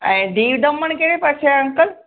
ऐं दीव दमन कहिड़े पासे आहे अंकल